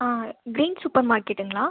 ஆ green super மார்க்கெட்டுங்களா